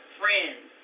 friends